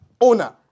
owner